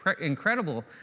incredible